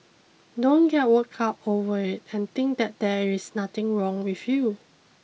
don't get worked up over it and think that there is nothing wrong with you